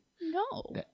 No